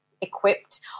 equipped